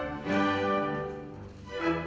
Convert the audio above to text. yeah yeah